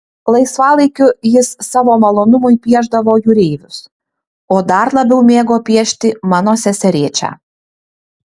laisvalaikiu jis savo malonumui piešdavo jūreivius o dar labiau mėgo piešti mano seserėčią